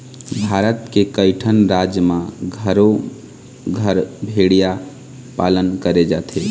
भारत के कइठन राज म घरो घर भेड़िया पालन करे जाथे